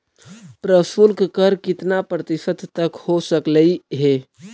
प्रशुल्क कर कितना प्रतिशत तक हो सकलई हे?